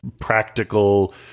practical